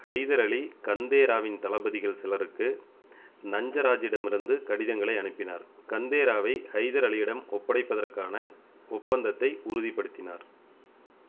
ஹைதர் அலி கந்தே ராவின் தளபதிகள் சிலருக்கு நஞ்சராஜிடமிருந்து கடிதங்களை அனுப்பினார் கந்தே ராவை ஹைதர் அலியிடம் ஒப்படைப்பதற்கான ஒப்பந்தத்தை உறுதிப்படுத்தினார்